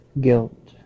guilt